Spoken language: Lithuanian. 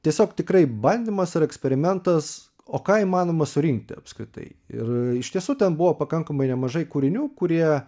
tiesiog tikrai bandymas ir eksperimentas o ką įmanoma surinkti apskritai ir iš tiesų ten buvo pakankamai nemažai kūrinių kurie